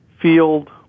field